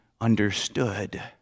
understood